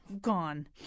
gone